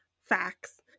facts